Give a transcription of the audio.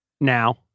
now